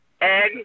Eggs